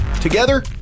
Together